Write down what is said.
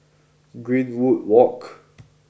Greenwood Walk